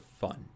fun